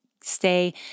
stay